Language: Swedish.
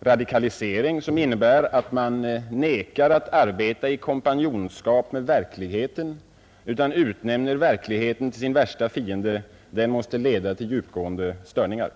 radikalisering som innebär att man nekar att arbeta i kompanjonskap med verkligheten och i stället utnämner verkligheten till sin värsta fiende måste leda till djupgående störningar.